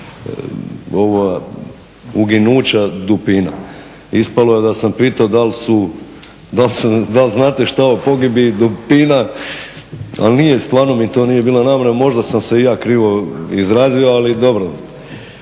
uginuća dupina. Ispalo je da sam pitao da li znate šta o pogibiji dupina. Ali nije, stvarno mi to nije bila namjera. Možda sam se i ja krivo izrazio, ali dobro.